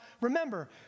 remember